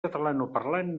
catalanoparlant